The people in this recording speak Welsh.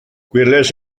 gwelais